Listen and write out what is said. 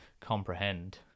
comprehend